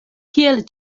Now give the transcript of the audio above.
kiel